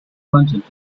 wanted